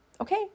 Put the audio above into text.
okay